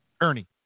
Ernie